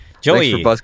joey